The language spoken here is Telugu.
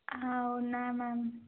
అవునా మ్యామ్